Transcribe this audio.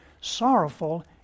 sorrowful